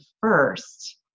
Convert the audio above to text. first